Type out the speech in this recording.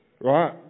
Right